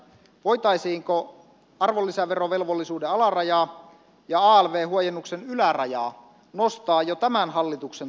voitaisiinko arvonlisäverovelvollisuuden alarajaa ja alv huojennuksen ylärajaa nostaa jo tämän hallituksen toimesta